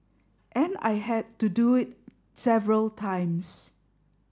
and I had to do it several times